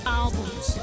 albums